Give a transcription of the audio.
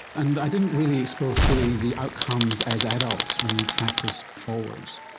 and i didn't really explore fully the outcomes as adults when you track this forwards.